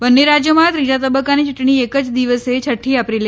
બંને રાજ્યોમાં ત્રીજા તબક્કાની યૂંટણી એક જ દિવસે છઠ્ઠી એપ્રિલે યોજાશે